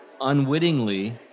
unwittingly